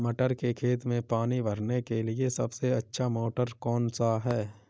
मटर के खेत में पानी भरने के लिए सबसे अच्छा मोटर कौन सा है?